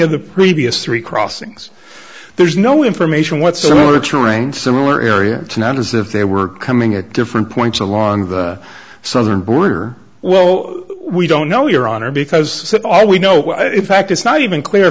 of the previous three crossings there's no information whatsoever touring similar area it's not as if they were coming at different points along the southern border well we don't know your honor because all we know if fact it's not even clear